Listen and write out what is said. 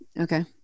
Okay